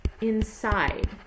inside